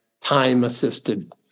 time-assisted